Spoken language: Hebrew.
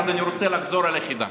אז אני רוצה לחזור על החידה.